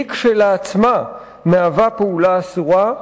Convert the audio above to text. הוא כשלעצמו פעולה אסורה,